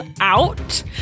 out